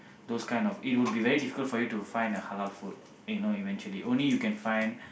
those kind of it will be difficult for you to find the halal food you know eventually only you can find